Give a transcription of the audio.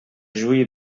juí